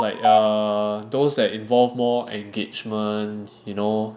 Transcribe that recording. like err those that involve more engagement you know